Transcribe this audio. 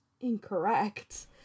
incorrect